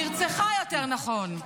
נרצחה, יותר נכון.